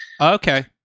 okay